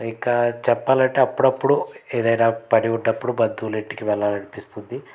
ఇంకా చెప్పాలంటే అప్పుడప్పుడు ఏదైనా పని ఉన్నప్పుడు బంధువుల ఇంటికి వెళ్ళాలనిపిస్తుంది